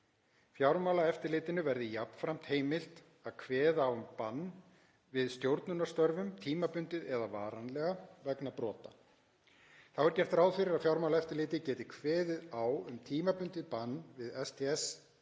Fjármálaeftirlitinu verði jafnframt heimilt að kveða á um bann við stjórnunarstörfum, tímabundið eða varanlega, vegna brota. Þá er gert ráð fyrir að Fjármálaeftirlitið geti kveðið á um tímabundið bann við STS-tilkynningum